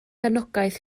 anogaeth